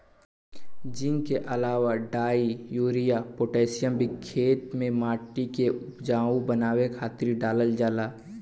zinc के अलावा डाई, यूरिया, पोटैशियम भी खेते में माटी के उपजाऊ बनावे खातिर डालल जाला